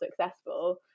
successful